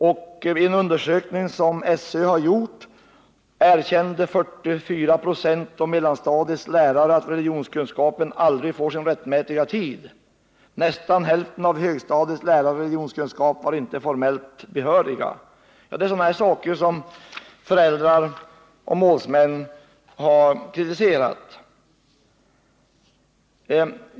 Vid en undersökning som SÖ gjorde erkände 44 926 av mellanstadiets lärare att religionskunskapen aldrig får sin rättmätiga tid. Undersökningen visade också att nästan hälften av högstadiets lärare i religionskunskap inte var formellt behöriga. Det är sådana här saker som föräldrar och målsmän har kritiserat.